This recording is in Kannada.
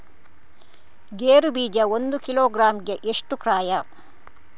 ಗೇರು ಬೀಜ ಒಂದು ಕಿಲೋಗ್ರಾಂ ಗೆ ಎಷ್ಟು ಕ್ರಯ?